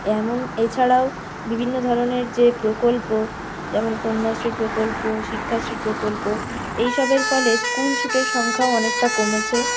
এমন এছাড়াও বিভিন্ন ধরনের যে প্রকল্প যেমন কন্যাশ্রী প্রকল্প শিক্ষাশ্রী প্রকল্প এইসবের ফলে স্কুলছুটের সংখ্যাও অনেকটা কমেছে